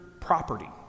property